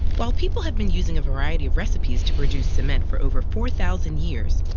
while people have been using a variety of recipes to produce cement for over four thousand years,